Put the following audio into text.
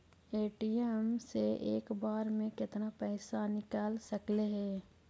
ATM से एक बार मे केतना पैसा निकल सकले हे?